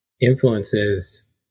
influences